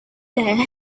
there